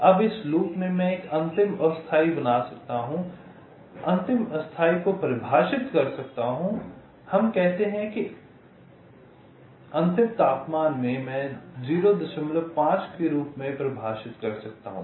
अब इस लूप में मैं एक अंतिम अस्थायी बना सकता हूं मैं एक अंतिम अस्थायी को परिभाषित कर सकता हूं हम कहते हैं कि अंतिम तापमान मैं 05 के रूप में परिभाषित कर सकता हूं